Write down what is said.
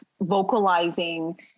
vocalizing